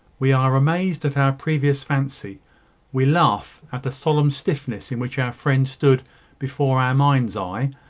we are amazed at our previous fancy we laugh at the solemn stiffness in which our friend stood before our mind's eye,